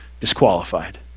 disqualified